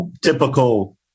typical